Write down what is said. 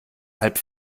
halb